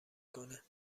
کنه